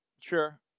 Sure